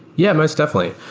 yeah, most definitely.